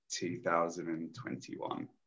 2021